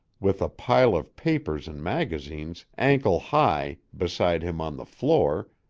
with a pile of papers and magazines, ankle-high, beside him on the floor,